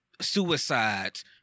suicides